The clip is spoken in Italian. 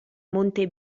monte